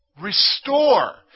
Restore